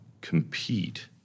compete